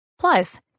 Plus